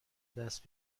دست